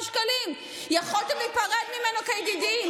לצאת נגדו.